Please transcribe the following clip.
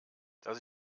dass